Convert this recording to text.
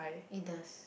it does